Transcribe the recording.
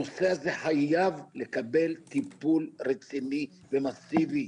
הנושא הזה חייב לקבל טיפול רציני ומסיבי,